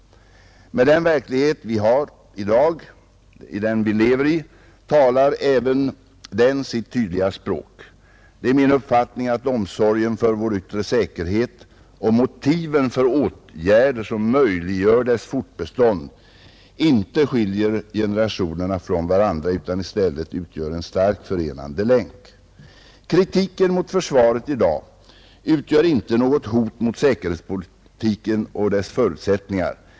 Men den verklighet vi i dag lever i talar även den sitt tydliga språk. Det är min uppfattning att omsorgen för vår yttre säkerhet och motiven för åtgärder som möjliggör dess fortbestånd inte skiljer generationerna från varandra utan i stället utgör en stark, förenande länk. Kritiken mot försvaret i dag utgör inte något hot mot säkerhetspolitiken och dess förutsättningar.